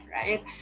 right